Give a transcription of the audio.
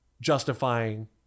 justifying